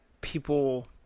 people